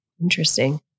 Interesting